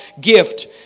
gift